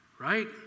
Right